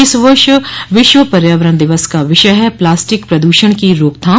इस वर्ष विश्व पर्यावरण दिवस का विषय है प्लास्टिक प्रद्रषण की रोकथाम